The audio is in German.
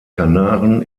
kanaren